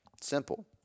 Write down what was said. Simple